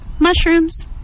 Mushrooms